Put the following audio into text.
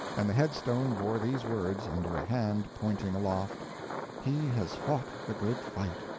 and the head-stone bore these words, under a hand pointing aloft he has fought the good fight.